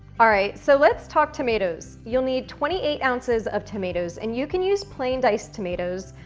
all right, so let's talk tomatoes. you'll need twenty eight ounces of tomatoes, and you can use plain diced tomatoes,